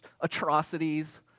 atrocities